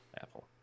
Apple